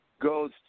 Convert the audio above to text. goes